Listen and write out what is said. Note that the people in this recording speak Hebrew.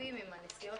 הצפופים עם הנסיעות